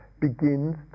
begins